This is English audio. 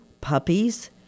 puppies